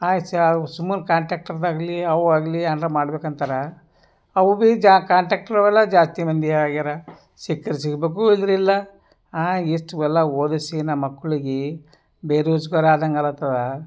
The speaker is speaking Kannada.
ಆಯ್ತು ಸಾ ಅವು ಸುಮ್ಮನೆ ಕಾಂಟೆಕ್ಟ್ರ್ದಾಗಲಿ ಅವು ಆಗಲಿ ಏನರ ಮಾಡಬೇಕಂತಾರ ಅವು ಭಿ ಜಾ ಕಾಂಟೆಕ್ಟ್ರ್ ಅವೆಲ್ಲ ಜಾಸ್ತಿ ಮಂದಿ ಆಗ್ಯಾರ ಸಿಕ್ರೆ ಸಿಗಬೇಕು ಇಲ್ದಿರೆ ಇಲ್ಲ ಆಂ ಎಷ್ಟು ಇವೆಲ್ಲ ಓದಿಸಿ ನಮ್ಮ ಮಕ್ಕಳಿಗೆ ಬೇರೋಜ್ಗಾರ್ ಆದಂಗೆ ಆಗ್ಲತ್ತದ